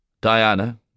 Diana